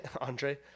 Andre